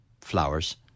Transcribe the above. flowers